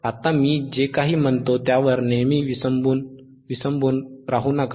आता मी जे काही म्हणतो त्यावर नेहमी विसंबून राहू नका